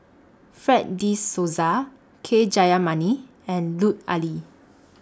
Fred De Souza K Jayamani and Lut Ali